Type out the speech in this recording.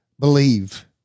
Believe